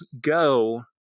go